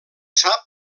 sap